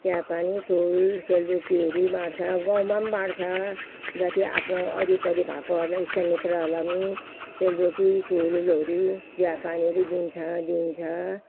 चियापानी तरुल सेलरोटीहरू बाँड्छ गाउँमा पनि बाँड्छ जति आफ्नो वरिपरि भएकोहरूलाई इष्टमित्रहरूलाई पनि सेलरोटी तरुलहरू चियापानीहरू दिन्छ दिइन्छ